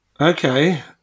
Okay